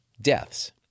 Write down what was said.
deaths